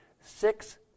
six